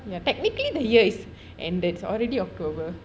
technically the year is ended and it's already october